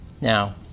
Now